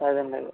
అదే అండి అదే